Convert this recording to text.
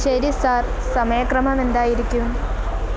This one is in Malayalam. ശരി സർ സമയക്രമം എന്തായിരിക്കും